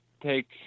take